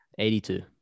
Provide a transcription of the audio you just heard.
82